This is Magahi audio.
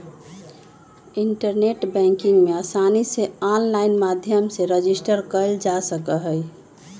इन्टरनेट बैंकिंग में आसानी से आनलाइन माध्यम से रजिस्टर कइल जा सका हई